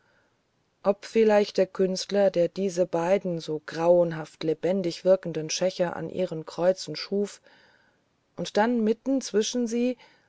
ob vielleicht der künstler als er diese beiden so grauenhaft lebendig wirkenden schächer an ihren kreuzen schuf und dann mitten zwischen sie